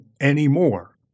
anymore